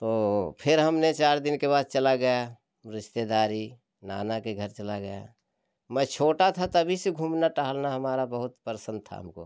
तो फिर हमने चार दिन के बाद चला गया रिश्तेदारी नाना के घर चला गया मैं छोटा था तभी से घूमना टहलना हमारा बहुत प्रसन्न था हमको